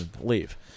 leave